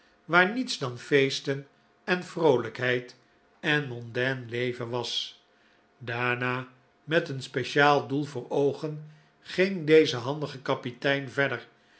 waar niets dan feesten en vroolijkheid en mondain leven was daarna met een speciaal doel voor oogen ging deze handige kapitein verder